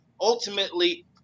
ultimately